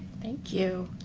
thank you.